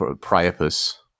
Priapus